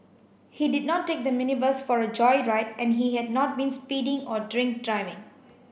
he did not take the minibus for a joyride and he had not been speeding or drink driving